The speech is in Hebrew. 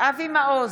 אבי מעוז,